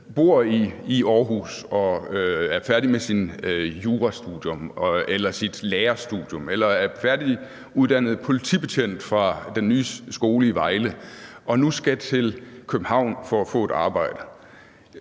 bor i Aarhus og er færdig med sit jurastudium eller sit lærerstudium eller er færdiguddannet politibetjent fra den nye skole i Vejle og nu skal til København for at få et arbejde,